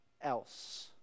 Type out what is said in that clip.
else